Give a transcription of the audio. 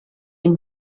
him